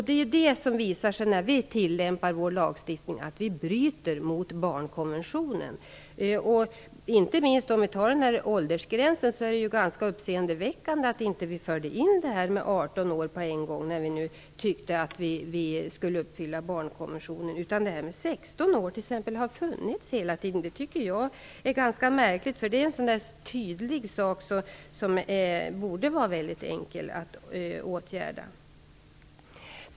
Därför visar det sig när vi tillämpar vår lagstiftning att vi bryter mot barnkonventionen. Inte minst uppseendeväckande är det, om vi tar åldersgränsen som exempel, att vi inte förde in gränsen 18 år på en gång, när vi tyckte att vi skulle uppfylla barnkonventionen. Åldersgränsen 16 år har funnits hela tiden. Det tycker jag är ganska märkligt, för det är en tydlig sak som borde vara enkel att åtgärda.